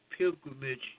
Pilgrimage